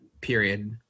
period